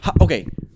Okay